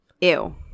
Ew